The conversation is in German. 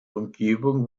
umgebung